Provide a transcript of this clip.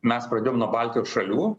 mes pradėjom nuo baltijos šalių